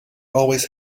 always